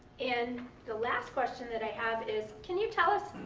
and the last question that i have is can you tell us,